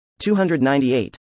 298